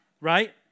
Right